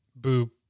Boop